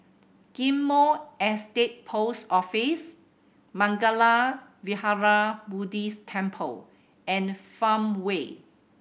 Ghim Moh Estate Post Office Mangala Vihara Buddhist Temple and Farmway